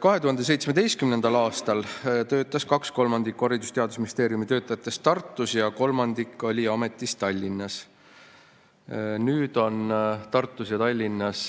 2017. aastal töötas kaks kolmandikku Haridus‑ ja Teadusministeeriumi töötajatest Tartus ja kolmandik oli ametis Tallinnas. Nüüd on Tartus ja Tallinnas